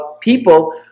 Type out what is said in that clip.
people